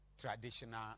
traditional